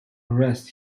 rest